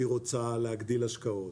היא רוצה להגדיל השקעות.